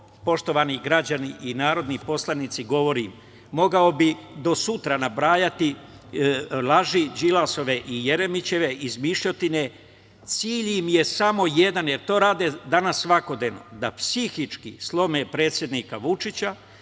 poštovani građani i narodni poslanici govorim, a mogao bih do sutra nabrajati laži Đilasove i Jeremićeve, izmišljotine, a cilj im je samo jedan, jer to rade danas svakodnevno, da psihički slome predsednika Vučića,